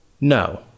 No